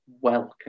welcome